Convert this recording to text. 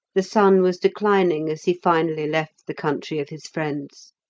the sun was declining as he finally left the country of his friends,